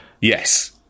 Yes